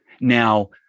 Now